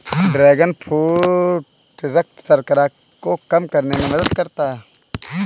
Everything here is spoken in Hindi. ड्रैगन फ्रूट रक्त शर्करा को कम करने में मदद करता है